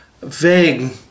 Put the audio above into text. vague